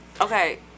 Okay